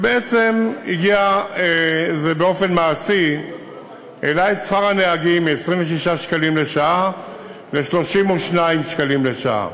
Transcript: ובעצם זה למעשה העלה את שכר הנהגים מ-26 שקלים לשעה ל-32 שקלים לשעה,